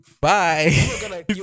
bye